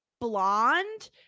blonde